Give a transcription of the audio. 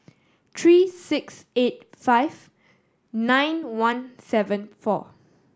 three six eight five nine one seven four